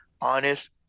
honest